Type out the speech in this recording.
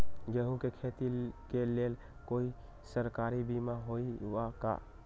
गेंहू के खेती के लेल कोइ सरकारी बीमा होईअ का?